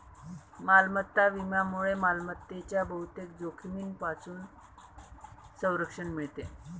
मालमत्ता विम्यामुळे मालमत्तेच्या बहुतेक जोखमींपासून संरक्षण मिळते